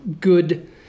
good